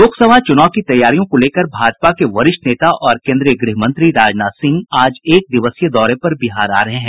लोकसभा चूनाव की तैयारियों को लेकर भाजपा के वरिष्ठ नेता और केंद्रीय गृह मंत्री राजनाथ सिंह आज एक दिवसीय दौरे पर बिहार आ रहे हैं